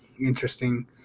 interesting